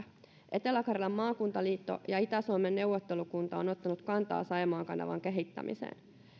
etelä karjalan maakuntaliitto ja itä suomen neuvottelukunta ovat ottaneet kantaa saimaan kanavan kehittämiseen